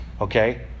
okay